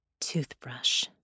Toothbrush